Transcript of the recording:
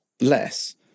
less